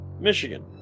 Michigan